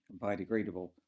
biodegradable